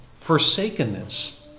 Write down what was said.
forsakenness